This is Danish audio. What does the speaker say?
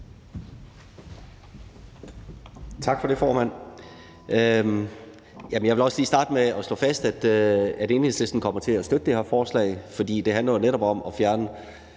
Tak for det, formand. Jeg vil også lige starte med at slå fast, at Enhedslisten kommer til at støtte det her forslag, for det handler jo netop om at fjerne